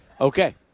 Okay